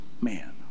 man